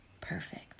Perfect